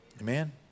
Amen